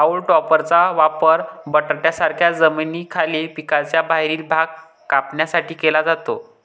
haulm टॉपरचा वापर बटाट्यांसारख्या जमिनीखालील पिकांचा बाहेरील भाग कापण्यासाठी केला जातो